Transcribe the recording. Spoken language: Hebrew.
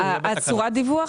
צורת הדיווח?